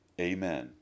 Amen